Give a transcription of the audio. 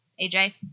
aj